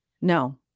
No